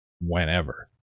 whenever